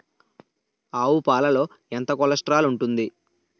ఆవు పాలలో ఎంత కొలెస్ట్రాల్ ఉంటుంది?